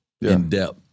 in-depth